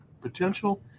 potential